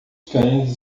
cães